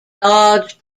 large